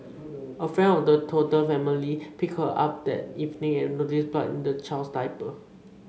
a friend of the toddler's family picked her up that evening and noticed blood in the child's diaper